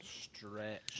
Stretch